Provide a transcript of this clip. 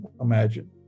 imagine